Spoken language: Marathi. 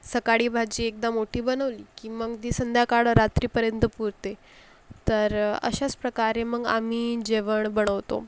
सकाळी भाजी एकदा मोठ्ठी बनवली की मग ती संध्याकाळ रात्रीपर्यंत पुरते तर अशास प्रकारे मग आम्ही जेवण बनवतो